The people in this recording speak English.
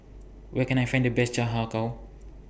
Where Can I Find The Best Har Kow